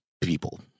people